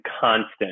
constant